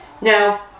Now